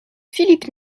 philippe